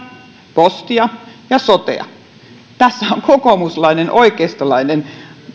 postia ja sotea tässä on kokoomuslainen oikeistolainen